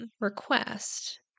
request